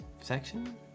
Section